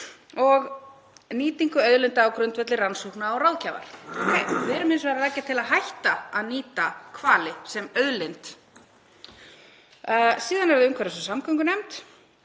og nýtingu auðlinda á grundvelli rannsókna og ráðgjafar. Við erum hins vegar að leggja til að hætta að nýta hvali sem auðlind. Síðan er það umhverfis- og samgöngunefnd